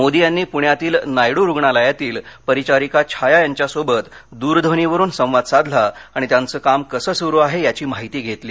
मोदी यांनी पृण्यातील नायडु रुग्णालयालातील परिचारिका छाया यांच्यासोबत दरध्वनीवरून संवाद साधला आणि त्याचं काम कसं सुरु आहे याची माहिती घेतली